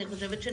לדעתי,